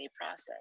process